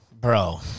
Bro